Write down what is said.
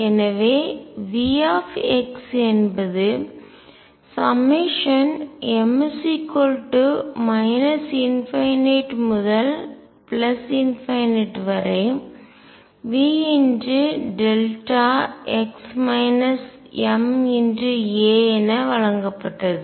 எனவே V என்பது m ∞Vδ என வழங்கப்பட்டது